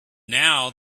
now